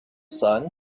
sun